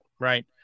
Right